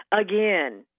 again